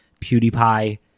PewDiePie